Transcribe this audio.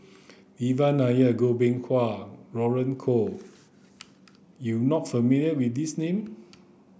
Devan Nair Goh Beng Kwan Roland Goh you not familiar with these name